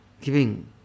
giving